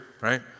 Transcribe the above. right